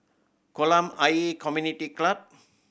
Kolam Ayer Community Club